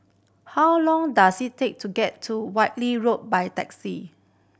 how long does it take to get to Whitley Road by taxi